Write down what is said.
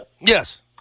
yes